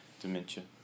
dementia